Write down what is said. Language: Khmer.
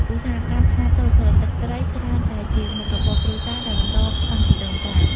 ឧស្សាហកម្មខ្នាតតូច ផលិតទឹកត្រីច្រើនតែជាមុខរបរគ្រួសារដែលបន្តតាំងពីដូនតា។